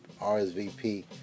RSVP